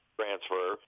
transfer